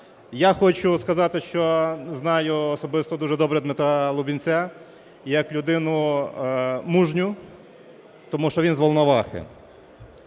Я хочу сказати, що знаю особисто дуже добре Дмитра Лубінця як людину мужню, тому що він з Волновахи,